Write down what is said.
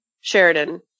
Sheridan